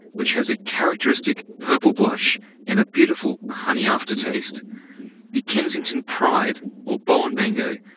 which has a characteristic purple blush and a beautiful honey aftertaste the kensington pride or bowen mango,